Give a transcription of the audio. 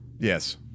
Yes